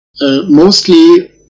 mostly